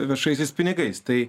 viešaisiais pinigais tai